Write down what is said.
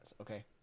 okay